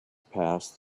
passed